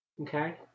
Okay